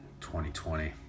2020